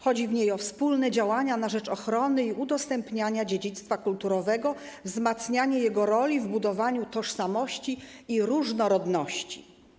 Chodzi w niej o wspólne działania na rzecz ochrony i udostępniania dziedzictwa kulturowego, wzmacnianie jego roli w budowaniu tożsamości i różnorodności.